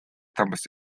tabas